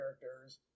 characters